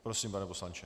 Prosím, pane poslanče.